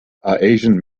asian